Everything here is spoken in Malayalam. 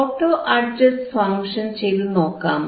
ഓട്ടോ അഡ്ജസ്റ്റ് ഫങ്ഷൻ ചെയ്തു നോക്കാമോ